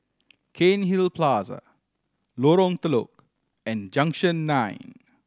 Cairnhill Plaza Lorong Telok and Junction Nine